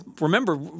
remember